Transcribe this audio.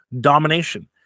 Domination